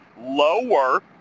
lower